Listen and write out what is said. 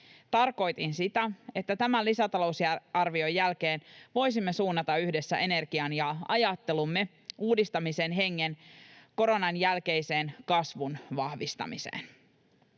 Tarkoitin sitä, että tämän lisätalousarvion jälkeen voisimme suunnata yhdessä energian, ajattelumme ja uudistamisen hengen koronan jälkeiseen kasvun vahvistamiseen.